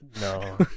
No